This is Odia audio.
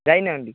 ଯାଇ ନାହାନ୍ତି